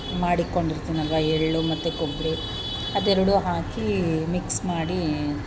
ಮಾಡಿಟ್ಕೊಂಡಿರ್ತೀನಲ್ವ ಎಳ್ಳು ಮತ್ತೆ ಕೊಬ್ಬರಿ ಅದೆರಡೂ ಹಾಕಿ ಮಿಕ್ಸ್ ಮಾಡಿ